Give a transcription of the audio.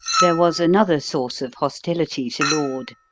there was another source of hostility to laud.